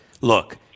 look